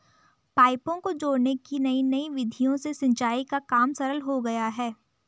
पाइपों को जोड़ने की नयी नयी विधियों से सिंचाई का काम सरल हो गया है